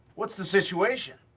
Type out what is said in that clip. what's the situation?